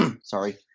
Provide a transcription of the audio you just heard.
Sorry